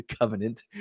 covenant